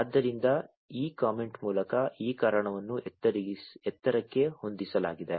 ಆದ್ದರಿಂದ ಈ ಕಾಮೆಂಟ್ ಮೂಲಕ ಈ ಕಾರಣವನ್ನು ಎತ್ತರಕ್ಕೆ ಹೊಂದಿಸಲಾಗಿದೆ